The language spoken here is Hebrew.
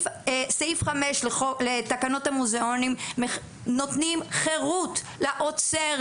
סעיף 5 לתקנות המוזיאונים נותנים חירות לאוצר,